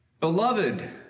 Beloved